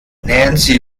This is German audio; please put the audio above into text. nancy